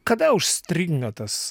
kada užstringa tas